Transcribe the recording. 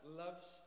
loves